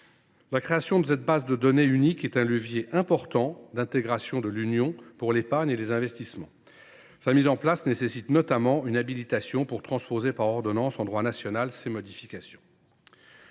La création de cette base de données unique est un levier important d’intégration de l’Union pour l’épargne et l’investissement. Sa mise en place nécessite, notamment, d’habiliter le Gouvernement à transposer par ordonnance dans notre droit national ces modifications.